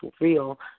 real